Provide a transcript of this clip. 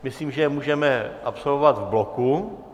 Myslím, že je můžeme absolvovat v bloku.